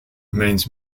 remains